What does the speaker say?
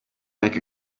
make